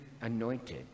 anointed